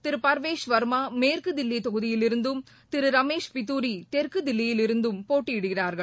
திரு பர்வேஷ் வர்மா மேற்கு தில்லி தொகுதியிலிருந்தும் திரு ரமேஷ் பிதூரி தெற்கு தில்லியிலிருந்தும் போட்டியிடுகிறார்கள்